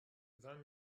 vingt